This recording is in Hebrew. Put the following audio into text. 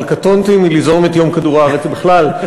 אבל קטונתי מליזום את יום כדור-הארץ בכלל.